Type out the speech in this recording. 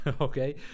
okay